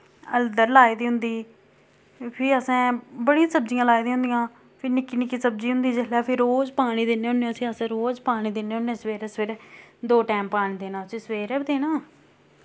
हलदड़ लाए दी होंदी फ्ही असैं बड़ियां सब्जियां लाए दि'यां होंदियां फ्ही निक्की निक्की सब्जी होंदी जिसलै फ्ही रोज पानी दिन्ने होने उस्सी अस रोज पानी दिन्ने होने सवेरै सवेरै दो टैम पानी देना उस्सी सवेरै बी देना